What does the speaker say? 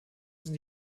sind